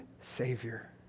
Savior